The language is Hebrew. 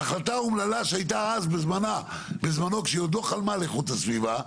ההחלטה האומללה שהייתה אז בזמנו כשהיא עוד לא חלמה על איכות הסביבה,